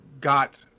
got